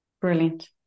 brilliant